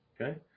okay